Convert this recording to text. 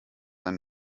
ein